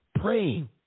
praying